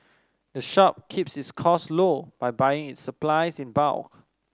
the shop keeps its costs low by buying its supplies in bulk